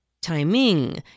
timing